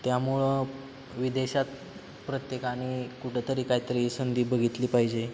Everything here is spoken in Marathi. त्यामुळं विदेशात प्रत्येकाने कुठंतरी कायतरी संधी बघितली पाहिजे